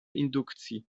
indukcji